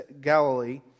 Galilee